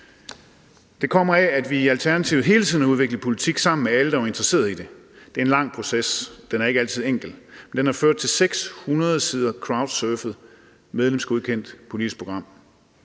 Det kommer af, at vi i Alternativet hele tiden har udviklet politik sammen med alle, der var interesseret i det. Det er en lang proces, og den er ikke altid enkel, men den har ført til et 600 sider langt crowdsurfet, medlemsgodkendt politisk program.